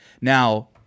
Now